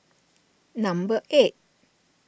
number eight